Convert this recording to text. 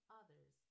others